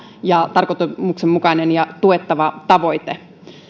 ja tarkoituksenmukainen ja tuettava tavoite